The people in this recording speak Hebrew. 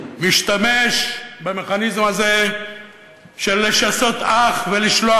משתמש במכניזם הזה של לשסות אח ולשלוח